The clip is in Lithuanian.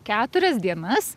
keturias dienas